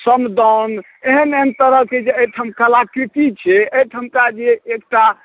समदाउन एहन एहन तरहके जे एहिठाम कलाकृति छै एहिठामका जे एकटा